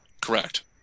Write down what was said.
Correct